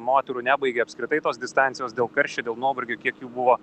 moterų nebaigė apskritai tos distancijos dėl karščio dėl nuovargio kiek jų buvo